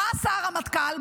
מה עשה הרמטכ"ל?